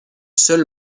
seul